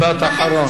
משפט אחרון.